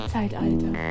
Zeitalter